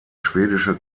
schwedische